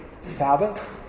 Sabbath